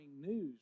news